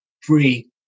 free